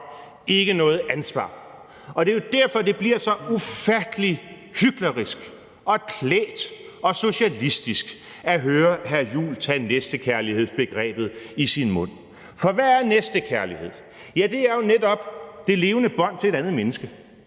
ikke noget ansvar. Det er jo derfor, det bliver så ufattelig hyklerisk og klægt og socialistisk at høre hr. Christian Juhl tage næstekærlighedsbegrebet i sin mund. For hvad er næstekærlighed? Ja, det er jo netop det levende bånd til et andet mennesker,